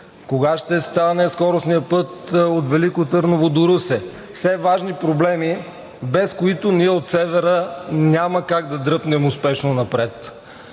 Кога ще стане скоростният път от Велико Търново до Русе? Все важни проблеми, без които ние от Севера няма как да дръпнем успешно напред.